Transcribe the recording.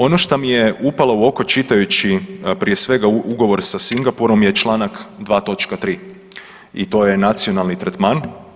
Ono što mi je upalo u oko čitajući, prije svega, Ugovor sa Singapurom je članak 2.3. i to je nacionalni tretman.